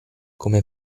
come